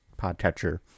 podcatcher